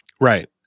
Right